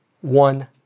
one